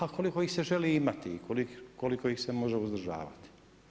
A koliko ih se želi imati i koliko ih se može uzdržavati.